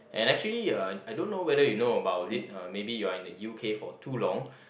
and actually uh I don't know whether you know about it uh maybe you're in the U_K for too long